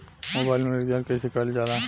Mobile में recharge कइसे करल जाला?